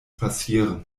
passieren